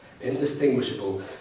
indistinguishable